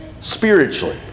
spiritually